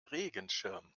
regenschirm